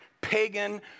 pagan